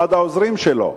אחד העוזרים שלו